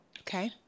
Okay